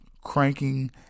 cranking